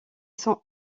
sont